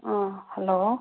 hello